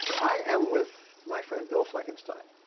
i am with my friend, bill fleckenstein.